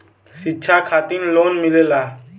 शिक्षा खातिन लोन मिलेला?